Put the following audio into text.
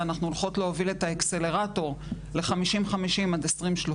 אנחנו הולכות להוביל את האקסלרטור 50:50 עד 2030,